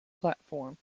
platform